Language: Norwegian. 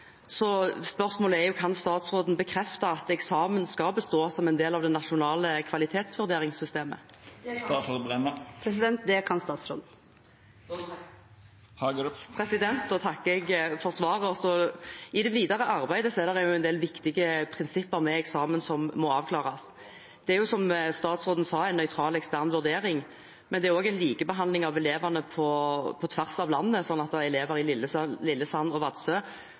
Spørsmålet er: Kan statsråden bekrefte at eksamen skal bestå som en del av det nasjonale kvalitetsvurderingssystemet? Det kan statsråden. Da takker jeg for svaret. I det videre arbeidet er det en del viktige prinsipper med eksamen som må avklares. Det er som statsråden sa, en nøytral ekstern vurdering, men det er også en likebehandling av elevene på tvers av landet, sånn at elever i Lillesand og Vadsø